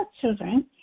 children